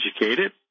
educated